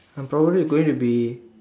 I'll probably going to be